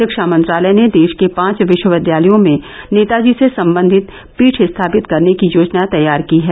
शिक्षा मंत्रालय ने देश के पांच विश्वविद्यालयों में नेताजी से सम्बन्धित पीठ स्थापित करने की योजना तैयार की है